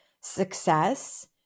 success